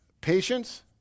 patience